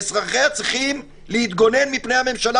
ואזרחיה צריכים להתגונן מפני הממשלה,